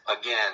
again